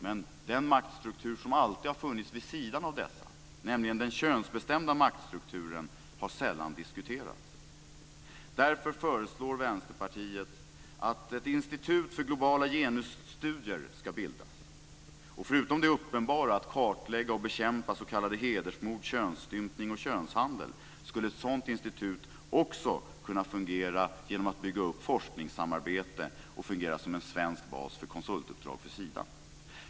Men den maktstruktur som alltid har funnits vid sidan av dessa, nämligen den könsbestämda maktstrukturen, har sällan diskuterats. Därför föreslår Vänsterpartiet att ett institut för globala genusstudier ska bildas. Och förutom det uppenbara att kartlägga och bekämpa s.k. hedersmord, könsstympning och könshandel skulle ett sådant institut också kunna fungera genom att bygga upp forskningssamarbete och fungera som en svensk bas för konsultuppdrag för Sida.